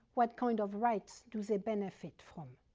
what kind of rights do they benefit from.